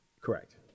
Correct